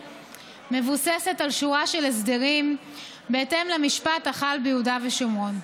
מבוססת על שורה של הסדרים בהתאם למשפט החל ביהודה ושומרון.